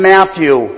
Matthew